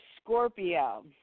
Scorpio